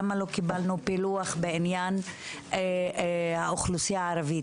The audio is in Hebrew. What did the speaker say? למה לא קיבלנו פילוח בעניין האוכלוסייה הערבית?